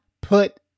put